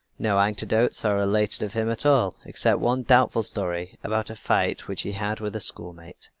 no anecdotes are related of him at all, except one doubtful story about a fight which he had with a schoolmate.